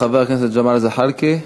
חבר הכנסת ג'מאל זחאלקה,